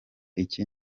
iki